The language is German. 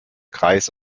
kreis